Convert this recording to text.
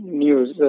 news